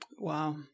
Wow